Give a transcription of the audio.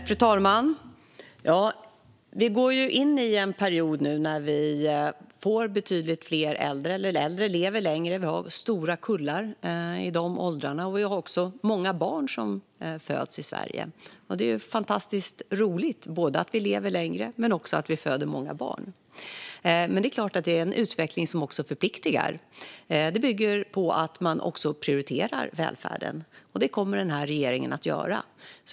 Fru talman! Vi går nu in i en period när vi får betydligt fler äldre. Äldre lever längre. Vi har stora kullar i de åldrarna. Det föds också många barn i Sverige. Det är fantastiskt roligt att vi både lever längre och föder många barn. Men det är klart att det också är en utveckling som förpliktar. Vad det bygger på är att man prioriterar välfärden. Det kommer den här regeringen att göra.